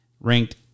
ranked